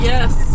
Yes